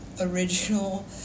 original